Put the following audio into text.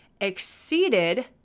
exceeded